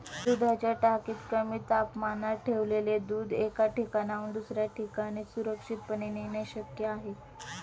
दुधाच्या टाकीत कमी तापमानात ठेवलेले दूध एका ठिकाणाहून दुसऱ्या ठिकाणी सुरक्षितपणे नेणे शक्य आहे